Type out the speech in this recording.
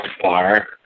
fire